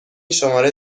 شماره